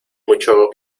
mucho